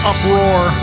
Uproar